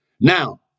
Now